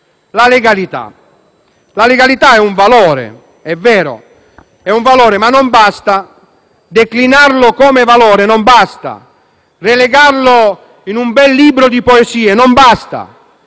la legalità. La legalità è un valore, è vero, ma non basta declinarlo come valore e non basta relegarlo in un bel libro di poesie.